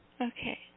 Okay